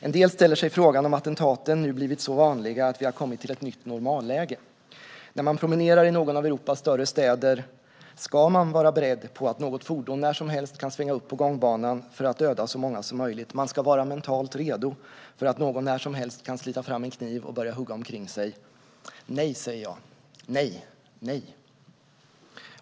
En del ställer sig frågan om attentaten nu blivit så vanliga att vi har kommit till ett nytt normalläge. När man promenerar i någon av Europas större städer ska man vara beredd på att något fordon när som helst kan svänga upp på gångbanan för att döda så många som möjligt. Man ska vara mentalt redo för att någon när som helst kan slita fram en kniv och börja hugga omkring sig. Nej, säger jag, nej, nej!